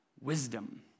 wisdom